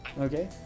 Okay